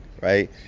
right